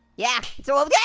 yeah. it's